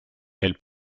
elle